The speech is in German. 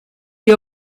die